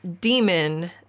demon